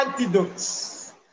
antidotes